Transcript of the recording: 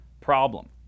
problem